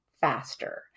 faster